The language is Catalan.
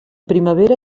primavera